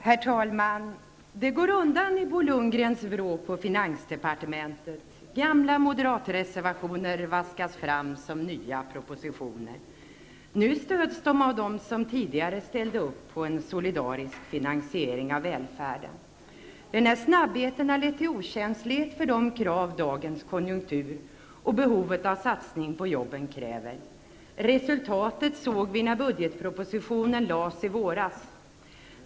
Herr talman! Det går undan i Bo Lundgrens vrå på finansdepartementet. Gamla moderatreservationer vaskas fram som nya propositioner. Nu stöds de av dem som tidigare ställde upp på en solidarisk finansiering av välfärden. Denna snabbhet har lett till okänslighet för de krav som dagens konjunktur har gett upphov till och för de satsningar på jobben som behövs. Resultatet såg vi när budgetpropositionen lades fram i våras.